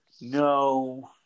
no